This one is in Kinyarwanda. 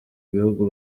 bihugu